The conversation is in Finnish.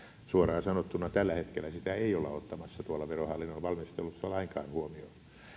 suoraan sanottuna tällä hetkellä sitä ei olla ottamassa tuolla verohallinnon valmistelussa lainkaan huomioon